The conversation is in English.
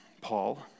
Paul